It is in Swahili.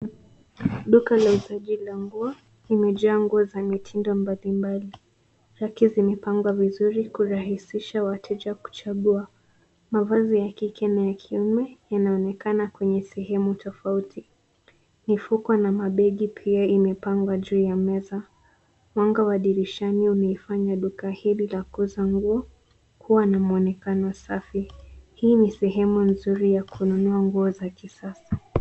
Duka la uuzaji la nguo limejaa nguo za mitindo mbali mbali. Raki zimepangwa vizuri kurahisisha wateja kuchagua. Mavazi ya kike na ya kiume yanaonekana kwenye sehemu tofauti, mifuko na mabegi pia imepangwa juu ya meza. Mwanga wa dirishani unaifanya duka hili la kuuza nguo kuwa na mwonekano safi. Hii ni sehemu nzuri ya kununua nguo za kisasa.